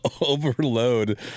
Overload